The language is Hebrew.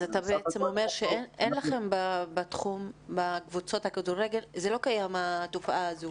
אתה בעצם אומר שבקבוצות הכדורגל לא קיימת התופעה הזו,